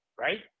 right